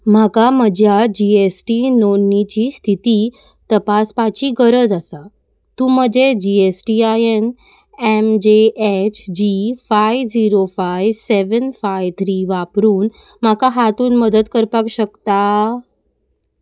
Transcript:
म्हाका म्हज्या G S T नोंदणीची स्थिती तपासपाची गरज आसा तूं म्हजें G S T I N M J H G five zero five seven five three वापरून म्हाका हातूंत मदत करपाक शकता